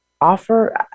offer